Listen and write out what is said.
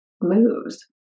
moves